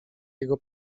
jego